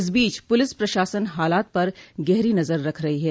इस बीच पुलिस प्रशासन हालात पर गहरी नजर रख रहा है